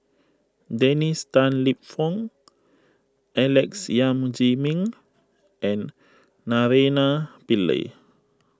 Dennis Tan Lip Fong Alex Yam Ziming and Naraina Pillai